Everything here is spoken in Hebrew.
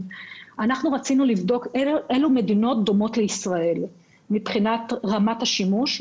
אבל אנחנו רצינו לבדוק אילו מדינות דומות לישראל מבחינת רמת השימוש,